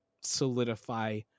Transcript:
solidify